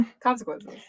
Consequences